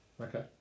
Okay